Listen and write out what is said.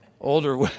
older